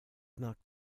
knock